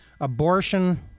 Abortion